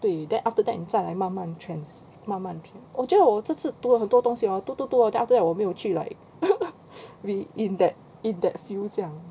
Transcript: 对 then after that 你再来慢慢 trans~ 慢慢 trans~ 我觉得我这次读了很多东西 hor 读读读了 after that 我没有去 like in that in that field 这样